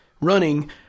running